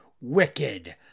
wicked